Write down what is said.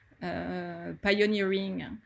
pioneering